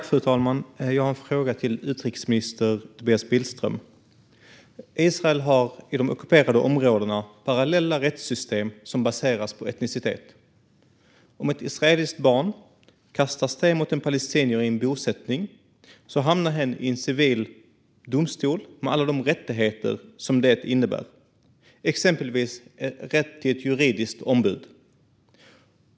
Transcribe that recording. Fru talman! Jag har en fråga till utrikesminister Tobias Billström. Israel har i ockuperade områden parallella rättssystem som baseras på etnicitet. Om ett israeliskt barn kastar sten mot en palestinier i en bosättning hamnar hen i en civil domstol, med alla de rättigheter som det innebär, exempelvis rätt till juridiskt ombud.